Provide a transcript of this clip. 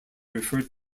referred